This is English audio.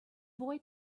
boy